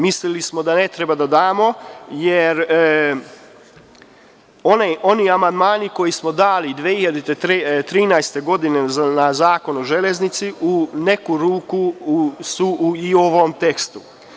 Mislili smo da ne treba da damo, jer oni amandmani koje smo dali 2013. godine na Zakona o železnici u neku ruku su i u ovom tekstu.